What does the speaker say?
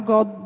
God